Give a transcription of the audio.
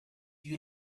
you